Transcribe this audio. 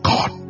God